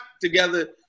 together